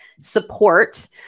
support